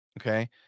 Okay